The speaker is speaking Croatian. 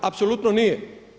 Apsolutno nije.